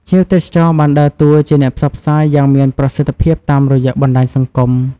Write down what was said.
ភ្ញៀវទេសចរបានដើរតួជាអ្នកផ្សព្វផ្សាយយ៉ាងមានប្រសិទ្ធភាពតាមរយៈបណ្តាញសង្គម។